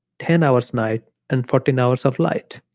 ten hours night and fourteen hours of light.